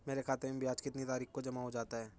मेरे खाते में ब्याज कितनी तारीख को जमा हो जाता है?